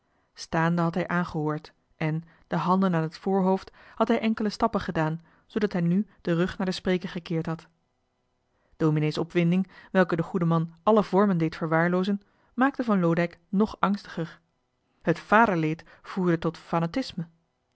staande had hij aangehoord en de handen aan het voorhoofd had hij enkele stappen gedaan zoodat hij nu den rug naar den spreker gekeerd had dominee's opwinding welke den goeden man alle vormen deed verwaarloozen maakte van loodijck nog angstiger het vaderleed voerde tot fânâtisme